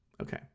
okay